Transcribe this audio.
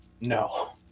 No